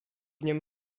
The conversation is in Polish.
niem